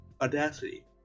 Audacity